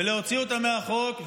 ולהוציא אותה מהחוק.